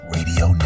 Radio